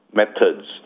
methods